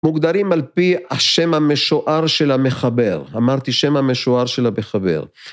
מוגדרים על פי השם המשוער של המחבר. אמרתי, שם המשוער של המחבר.